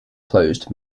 closed